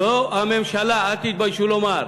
זו הממשלה, אל תתביישו לומר,